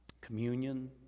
Communion